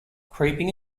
creeping